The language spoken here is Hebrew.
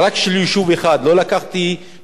לא נתתי דוגמה של כל היישובים.